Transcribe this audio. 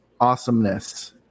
awesomeness